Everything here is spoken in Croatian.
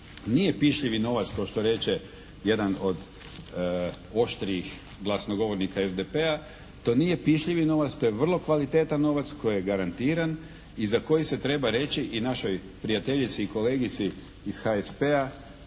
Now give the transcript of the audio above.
nije pišljivi novac kao što reče jedan od oštrijih glasnogovornika SDP-a, to nije pišljivi novac, to je vrlo kvalitetan novac koji je garantiran i za koji se treba reći i našoj prijateljici i kolegici iz HSP-a